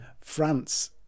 France